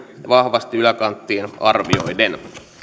vahvasti yläkanttiin arvioiden